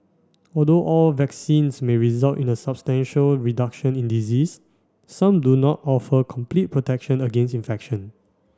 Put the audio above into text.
although all vaccines may result in a substantial reduction in disease some do not offer complete protection against infection